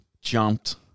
jumped